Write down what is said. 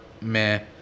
meh